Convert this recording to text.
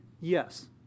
yes